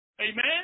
Amen